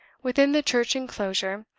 within the church inclosure,